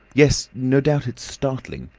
yes no doubt it's startling.